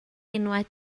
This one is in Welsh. enwau